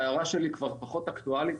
וההערה שלי כבר פחות אקטואלית.